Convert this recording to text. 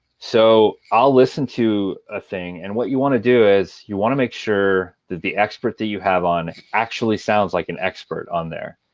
so i'll listen to a thing, and what you want to do is you want to make sure that the expert that you have on actually sounds like an expert on there.